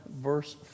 verse